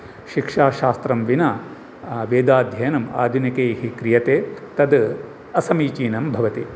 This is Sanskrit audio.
शिक्षाशास्त्रं विना वेदाध्ययनं आधुनिकैः क्रियते तत् असमिचीनं भवति